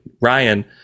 ryan